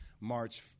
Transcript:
March